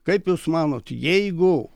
kaip jūs manot jeigu